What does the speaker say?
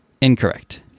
Incorrect